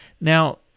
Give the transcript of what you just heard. Now